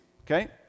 okay